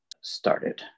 started